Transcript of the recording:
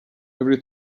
every